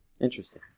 Interesting